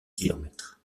kilomètres